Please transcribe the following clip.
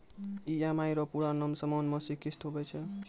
EMI रो पूरा नाम समान मासिक किस्त हुवै छै